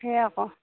সেয়ে আকৌ